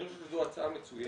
אני חושב שזו הצעה מצוינת.